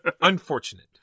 Unfortunate